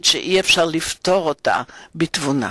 שאי-אפשר לפתור בתבונה.